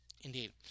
Indeed